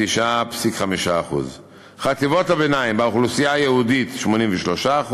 69.5%. חטיבות הביניים: באוכלוסייה היהודית, 83%,